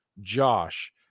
Josh